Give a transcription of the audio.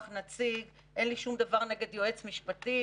נציג אין לי שום דבר נגד יועץ משפטי,